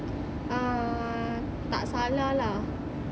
ah tak salah lah